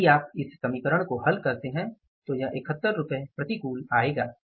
यदि आप इस समीकरण को हल करते हैं तो यह 71 रुपये प्रतिकूल आएगा